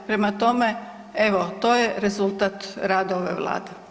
Prema tome, evo to je rezultat rada ove Vlade.